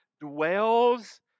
dwells